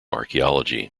archeology